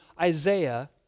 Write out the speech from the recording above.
Isaiah